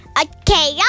Okay